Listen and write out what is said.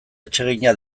atsegina